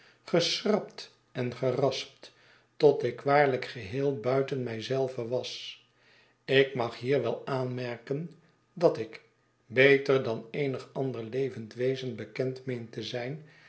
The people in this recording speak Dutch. geschrapt en geraspt tot ik waarlijk geheel buiten mij zelven was ik mag hier wel aanmerken dat ik beter dan eenig ander levend wezen bekend m een te zijn